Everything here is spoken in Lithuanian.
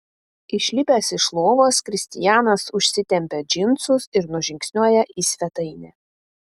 išlipęs iš lovos kristianas užsitempia džinsus ir nužingsniuoja į svetainę